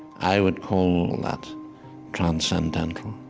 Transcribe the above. i would call that transcendental